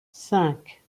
cinq